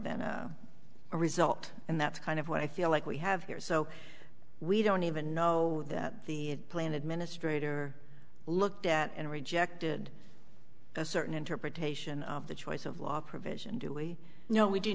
than a result and that's kind of what i feel like we have here so we don't even know that the plan administrator looked at and rejected a certain interpretation of the choice of law provision do we know we do